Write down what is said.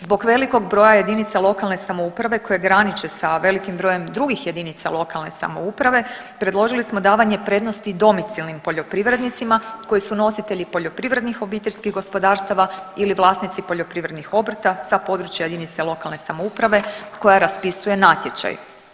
Zbog velikog broja jedinica lokalne samouprave koje graniče sa velikim brojem drugih jedinica lokalne samouprave predložili smo davanje prednosti domicilnim poljoprivrednicima koji su nositelji poljoprivrednih obiteljskih gospodarstava ili vlasnici poljoprivrednih obrta sa područja jedinice lokalne samouprave koja raspisuje natječaj.